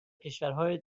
کشورهای